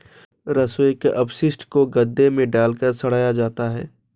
रसोई के अपशिष्ट को गड्ढे में डालकर सड़ाया जाता है